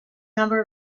number